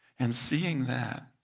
and seeing that,